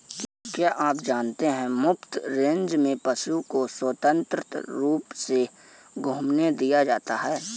क्या आप जानते है मुफ्त रेंज में पशु को स्वतंत्र रूप से घूमने दिया जाता है?